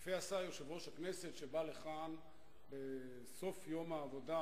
יפה עשה יושב-ראש הכנסת שבא לכאן בסוף יום העבודה